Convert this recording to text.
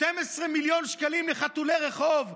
12 מיליון שקלים לחתולי רחוב.